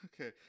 okay